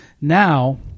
Now